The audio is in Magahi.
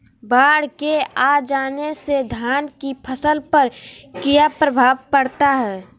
बाढ़ के आ जाने से धान की फसल पर किया प्रभाव पड़ता है?